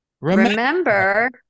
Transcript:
remember